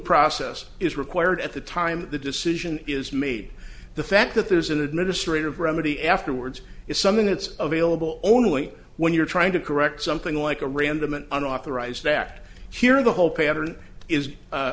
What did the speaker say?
process is required at the time the decision is made the fact that there's an administrative remedy afterwards is something that's available only when you're trying to correct something like a random an unauthorized act here the whole pattern is